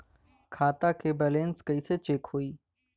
खता के बैलेंस कइसे चेक होई?